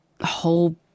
whole